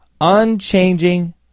unchanging